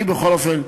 אני, בכל אופן,